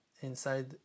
inside